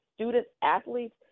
student-athletes